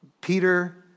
Peter